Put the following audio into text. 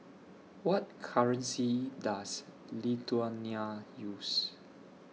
What currency Does Lithuania use